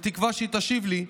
בתקווה שהיא תשיב לי,